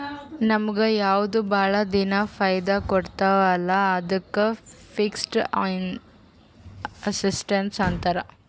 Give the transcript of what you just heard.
ನಮುಗ್ ಯಾವ್ದು ಭಾಳ ದಿನಾ ಫೈದಾ ಕೊಡ್ತಾವ ಅಲ್ಲಾ ಅದ್ದುಕ್ ಫಿಕ್ಸಡ್ ಅಸಸ್ಟ್ಸ್ ಅಂತಾರ್